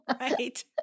Right